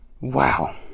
Wow